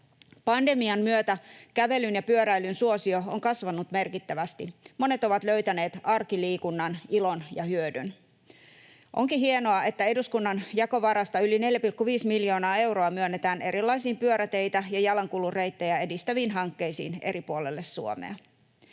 Pandemian myötä kävelyn ja pyöräilyn suosio on kasvanut merkittävästi. Monet ovat löytäneet arkiliikunnan ilon ja hyödyn. Onkin hienoa, että eduskunnan jakovarasta yli 4,5 miljoonaa euroa myönnetään erilaisiin pyöräteitä ja jalankulun reittejä edistäviin hankkeisiin eri puolille Suomea.